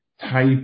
type